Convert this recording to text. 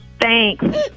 Thanks